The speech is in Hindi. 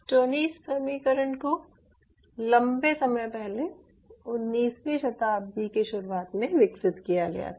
स्टोनीज़ समीकरण को लंबे समय पहले उन्नीसवीं शताब्दी की शुरुआत में विकसित किया गया था